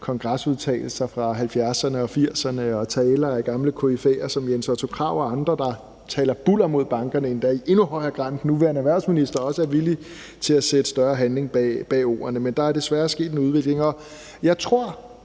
kongresudtalelser fra 1970’erne og 1980'erne og taler af gamle koryfæer som Jens Otto Krag og andre, der taler bulder mod bankerne, endda i endnu højere grad end den nuværende erhvervsminister er villig til at sætte større handling bag ordene. Der er desværre sket en udvikling. Kl. 20:41 Jeg tror